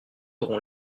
auront